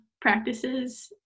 practices